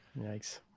Yikes